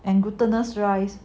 and glutinous rice